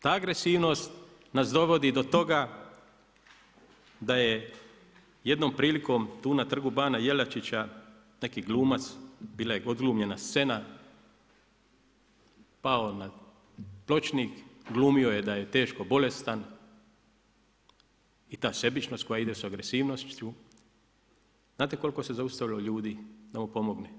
Ta agresivnost nas dovodi do toga da je jednom prilikom tu na Trgu bana Jelačića neki glumac, bila je odglumljena scena, pao na pločnik glumio je da je teško bolestan i ta sebičnost koja ide sa agresivnošću, znate koliko se zaustavilo ljudi da mu pomogne?